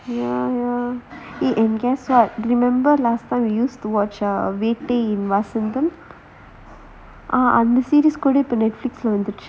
ya ya it and guess what remember last time we used to watch on vasantham ah ah the series korean on Netflix